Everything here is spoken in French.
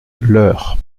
leur